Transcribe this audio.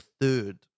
third